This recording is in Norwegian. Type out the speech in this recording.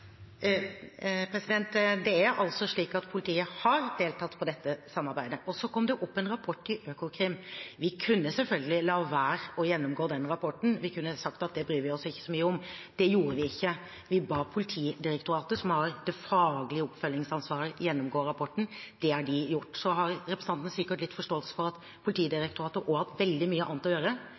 Det er altså slik at politiet har deltatt i dette samarbeidet. Så kom det opp en rapport fra Økokrim. Vi kunne selvfølgelig latt være å gjennomgå den rapporten. Vi kunne sagt at det bryr vi oss ikke så mye om. Det gjorde vi ikke. Vi ba Politidirektoratet, som har det faglige oppfølgingsansvaret, gjennomgå rapporten, og det har de gjort. Representanten har sikkert litt forståelse for at Politidirektoratet også har hatt veldig mye annet å gjøre,